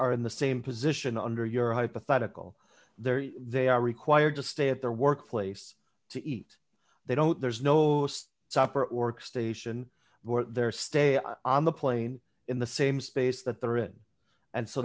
are in the same position under your hypothetical there they are required to stay at their workplace to eat they don't there's no supper or station their stay on the plane in the same space that they're in and so